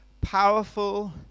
powerful